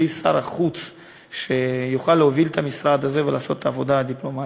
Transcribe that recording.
בלי שר חוץ שיוכל להוביל את המשרד הזה ולעשות את העבודה הדיפלומטית?